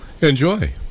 Enjoy